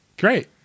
Great